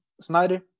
Snyder